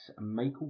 Michael